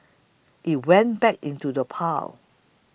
it went back into the pile